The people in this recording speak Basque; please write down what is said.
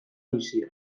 bizian